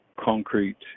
concrete